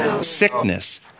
sickness